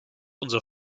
unser